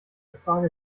frage